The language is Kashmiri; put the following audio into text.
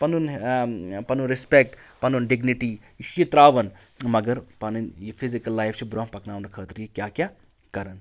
پَنُن پَنُن رِسپٮ۪کٹ پَنُن ڈِگنٕٹی یہِ چھُ یہِ ترٛاوان مگر پَنٕنۍ یہِ فِزِکَل لایِف چھِ برونٛہہ پَکناونہٕ خٲطرٕ یہِ کیاہ کیاہ کَران